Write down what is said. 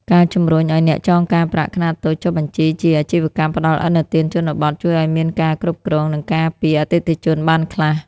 ការជំរុញឱ្យអ្នកចងការប្រាក់ខ្នាតតូចចុះបញ្ជីជា "អាជីវកម្មផ្ដល់ឥណទានជនបទ" ជួយឱ្យមានការគ្រប់គ្រង និងការពារអតិថិជនបានខ្លះ។